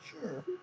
Sure